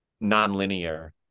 non-linear